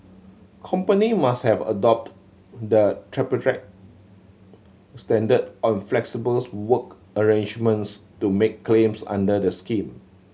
company must have adopted the standard on flexible's work arrangements to make claims under the scheme